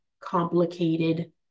complicated